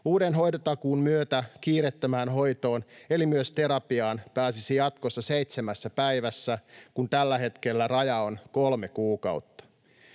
Uuden hoitotakuun myötä kiireettömään hoitoon eli myös terapiaan pääsisi jatkossa seitsemässä päivässä, kun tällä hetkellä raja on kolme kuukautta.